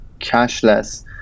cashless